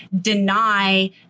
deny